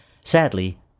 Sadly